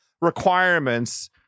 requirements